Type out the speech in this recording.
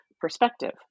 perspective